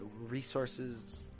resources